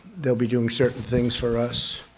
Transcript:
they'll be doing certain things for us.